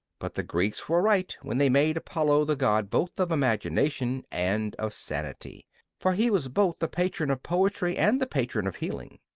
but the greeks were right when they made apollo the god both of imagination and of sanity for he was both the patron of poetry and the patron of healing.